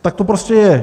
Tak to prostě je.